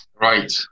Right